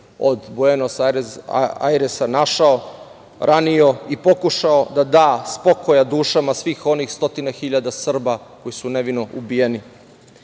od Buenos Ajresa, našao, ranio i pokušao da da spokoja dušama svih onih stotina hiljada Srba koji su nevino ubijeni. Naša